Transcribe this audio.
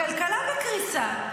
הכלכלה בקריסה,